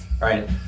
right